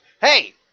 Hey